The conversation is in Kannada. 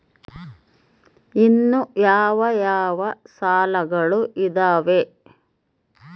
ಇನ್ನು ಯಾವ ಯಾವ ಸಾಲಗಳು ಇದಾವೆ?